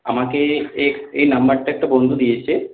আমাকে এক এই নম্বরটা একটা বন্ধু দিয়েছে